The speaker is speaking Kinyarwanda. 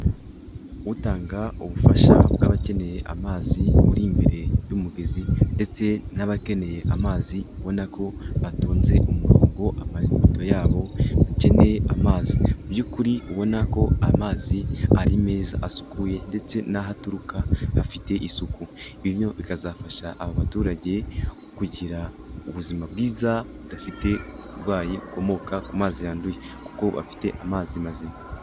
Utanga ubufasha bw'abakeneye amazi uri imbere y'umugezi ndetse n'abakeneye amazi ubona ko batonze umurongo amabido yabo akeneye amazi. Mu by'kuri ubona ko amazi ari meza asukuye ndetse n'ahaturuka hafite isuku. Ibi bikazafasha aba baturage kugira ubuzima bwiza budafite uburwayi bukomoka ku mazi yanduye kuko bafite amazi mazima.